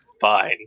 Fine